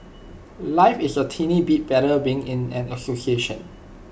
life is A tiny bit better being in an association